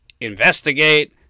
investigate